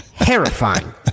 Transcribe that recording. terrifying